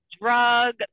drug